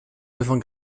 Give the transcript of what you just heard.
devant